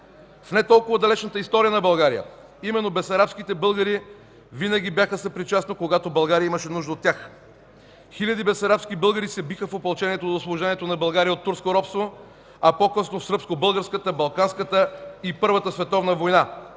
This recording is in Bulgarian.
В не толкова далечната история на България именно бесарабските българи винаги бяха съпричастни, когато България имаше нужда от тях. Хиляди бесарабски българи се биха в опълчението за освобождението на България от турско робство, а по-късно в Сръбско-българската, Балканската и Първата световна война,